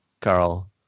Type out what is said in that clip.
Carl